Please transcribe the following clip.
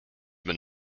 been